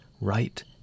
right